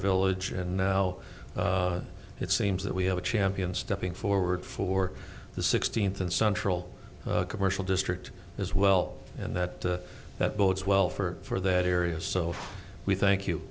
village and now it seems that we have a champion stepping forward for the sixteenth and central commercial district as well and that that bodes well for that area so we thank you